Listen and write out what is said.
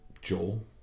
Joel